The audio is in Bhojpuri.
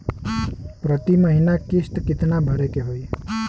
प्रति महीना किस्त कितना भरे के होई?